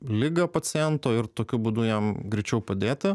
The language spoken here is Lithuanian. ligą paciento ir tokiu būdu jam greičiau padėti